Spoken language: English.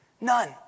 None